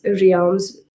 realms